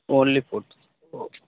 only photo okay